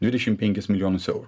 dvidešim penkis milijonus eurų